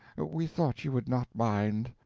we thought you would not mind.